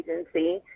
agency